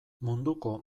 munduko